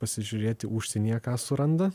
pasižiūrėti užsienyje ką suranda